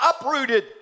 uprooted